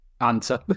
answer